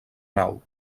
nau